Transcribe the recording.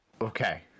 okay